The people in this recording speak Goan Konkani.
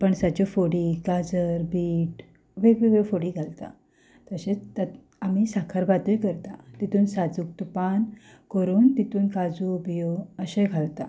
पणसाच्यो फोडी गाजर बीट वेगवेगळ्यो फोडी घालता तशेंच आमी साखरभातूय करता तातूंत साजूक तुपान करून तितून काजू बियो अशें घालता